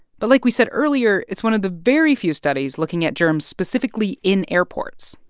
but like we said earlier, it's one of the very few studies looking at germs specifically in airports,